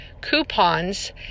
coupons